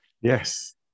Yes